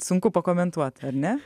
sunku pakomentuot ar ne